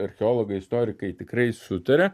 archeologai istorikai tikrai sutaria